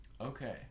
okay